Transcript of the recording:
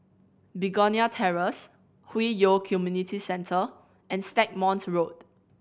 Begonia Terrace Hwi Yoh Community Centre and Stagmont Road